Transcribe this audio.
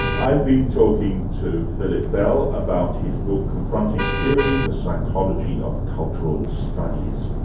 i've been talking to philip bell about his book confronting theory the psychology of cultural studies.